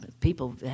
People